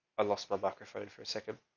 i lost my backer phone for a second.